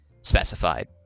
specified